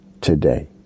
today